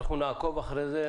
אנחנו נעקוב אחרי זה,